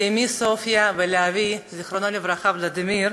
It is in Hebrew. לאמי סופיה ולאבי ולדימיר,